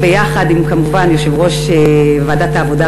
ביחד כמובן עם יושב-ראש ועדת העבודה,